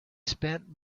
spent